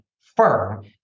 firm